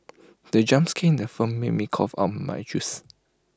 the jump skin in the film made me cough out my juice